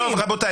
לא.